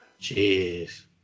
Jeez